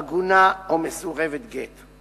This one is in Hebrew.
עגונה או מסורבת גט.